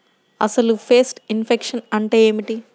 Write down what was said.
అసలు pest infection అంటే ఏమిటి?